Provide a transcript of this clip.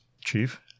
Chief